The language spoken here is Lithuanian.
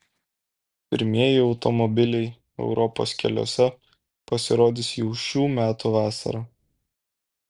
pirmieji automobiliai europos keliuose pasirodys jau šių metų vasarą